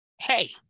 Hey